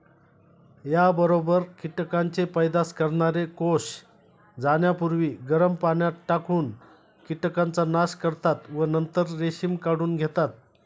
याबरोबर कीटकांचे पैदास करणारे कोष जाण्यापूर्वी गरम पाण्यात टाकून कीटकांचा नाश करतात व नंतर रेशीम काढून घेतात